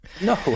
No